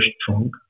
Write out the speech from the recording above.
strong